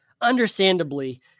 Understandably